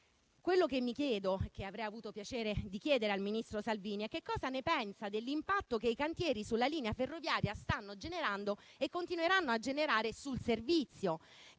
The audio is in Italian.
Quello che mi chiedo e che avrei avuto piacere di chiedere al ministro Salvini è che cosa ne pensa dell'impatto che i cantieri sulla linea ferroviaria stanno generando e continueranno a generare sul servizio.